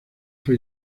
fue